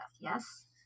Yes